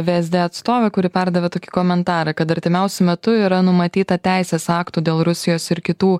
vsd atstovę kuri perdavė tokį komentarą kad artimiausiu metu yra numatyta teisės aktų dėl rusijos ir kitų